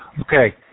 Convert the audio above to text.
Okay